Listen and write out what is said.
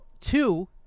Two